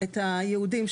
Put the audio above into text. את היהודים,